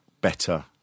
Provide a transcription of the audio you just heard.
better